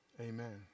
amen